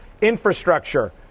infrastructure